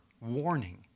warning